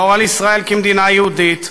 לשמור על ישראל כמדינה יהודית.